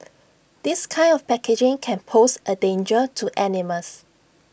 this kind of packaging can pose A danger to animals